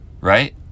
Right